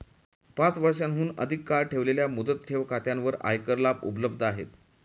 पाच वर्षांहून अधिक काळ ठेवलेल्या मुदत ठेव खात्यांवर आयकर लाभ उपलब्ध आहेत